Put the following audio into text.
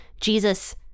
Jesus